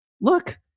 look